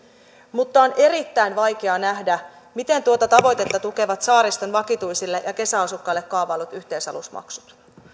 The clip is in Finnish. mutta on erittäin vaikea nähdä miten tuota tavoitetta tukevat saariston vakituisille ja kesäasukkaille kaavaillut yhteysalusmaksut